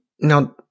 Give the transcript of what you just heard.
Now